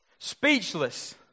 Speechless